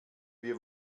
wir